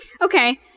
Okay